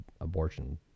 abortion